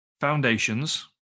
foundations